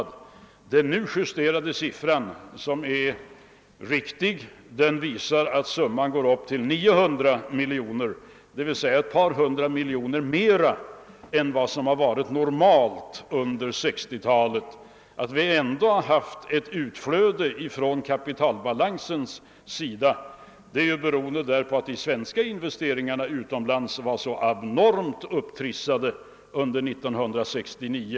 Den nu justerade siffran, som är riktig, visar att summan i stället är omkring 900 milj.kr., d.v.s. ett par hundra miljoner kronor mer än vad som varit normalt under 1960-talet. Att vi ändå har haft ett utflöde från valutareserven beror på att de svenska investeringarna utomlands var så onormalt upptrissade under 1969.